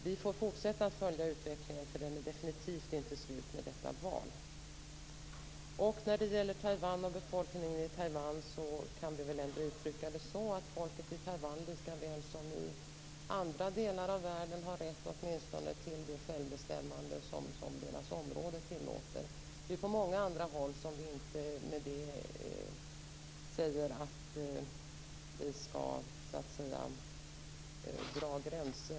Vi får fortsätta att följa utvecklingen, för den är definitivt inte slut med detta val. När det gäller befolkningen i Taiwan kan vi uttrycka det så, att folket i Taiwan likaväl som folk i andra delar av världen har rätt åtminstone till det självbestämmande som området tillåter. I och med det säger vi inte att vi kräver total självständighet och suveränitet.